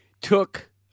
took